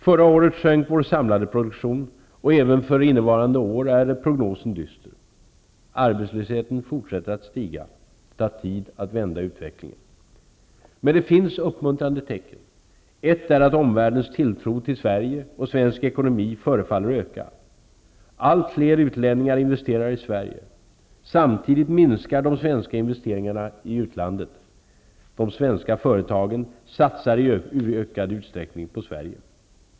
Förra året sjönk vår samlade produktion, och även för innevarande år är prognosen dyster. Arbetslösheten fortsätter att stiga. Det tar tid att vända utvecklingen. Men det finns uppmuntrande tecken. Ett är att omvärldens tilltro till Sverige och svensk ekonomi förefaller öka. Allt fler utlänningar investerar i Sverige. Samtidigt minskar de svenska investeringarna i utlandet. De svenska företagen satsar i ökad utsträckning på Sverige.